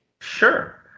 Sure